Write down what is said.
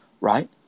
right